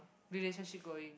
relationship going